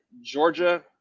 Georgia